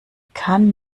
kann